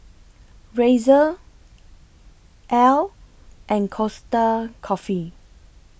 Razer Elle and Costa Coffee